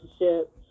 relationship